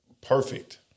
perfect